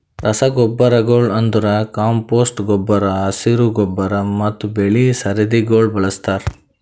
ರಸಗೊಬ್ಬರಗೊಳ್ ಅಂದುರ್ ಕಾಂಪೋಸ್ಟ್ ಗೊಬ್ಬರ, ಹಸಿರು ಗೊಬ್ಬರ ಮತ್ತ್ ಬೆಳಿ ಸರದಿಗೊಳ್ ಬಳಸ್ತಾರ್